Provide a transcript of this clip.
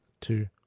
two